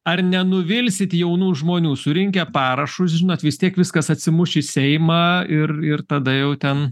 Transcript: ar nenuvilsit jaunų žmonių surinkę parašus žinot vis tiek viskas atsimuš į seimą ir ir tada jau ten